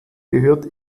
gehört